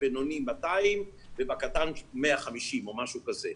בבינוני 200 ובקטן 150 או משהו כזה?